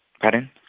Pardon